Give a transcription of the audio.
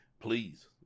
Please